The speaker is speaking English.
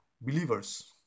believers